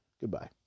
Goodbye